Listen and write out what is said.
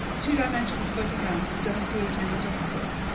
two-dimensional photographs don't do it any justice.